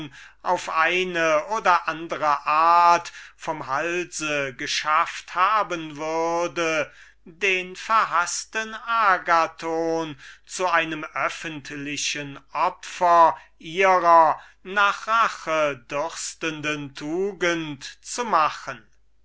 auf eine oder die andere art vom halse geschafft haben würde zu einem öffentlichen opfer ihrer rache dürstenden tugend zu machen